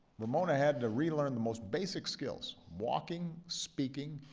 ramona had to relearn the most basic skills walking, speaking,